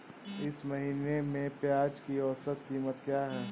इस महीने में प्याज की औसत कीमत क्या है?